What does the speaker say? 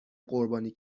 قربانی